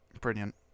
Brilliant